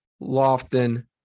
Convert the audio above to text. Lofton